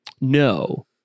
No